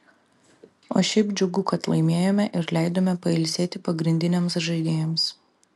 o šiaip džiugu kad laimėjome ir leidome pailsėti pagrindiniams žaidėjams